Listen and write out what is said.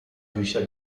bücher